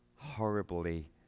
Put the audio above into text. horribly